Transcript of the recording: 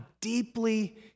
deeply